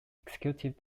executive